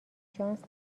شانس